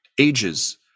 ages